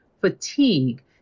fatigue